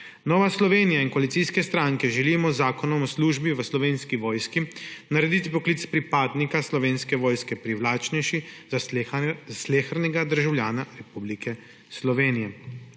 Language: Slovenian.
Nova Slovenija in koalicijske stranke želimo z zakonom o službi v Slovenski vojski narediti poklic pripadnika Slovenske vojske privlačnejši za slehernega državljana Republike Slovenije.